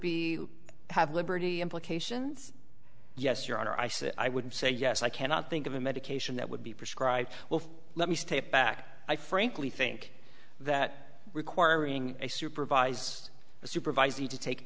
be have liberty implications yes your honor i said i would say yes i cannot think of a medication that would be prescribed well let me state back i frankly think that requiring a supervise supervisee to take